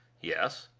yes.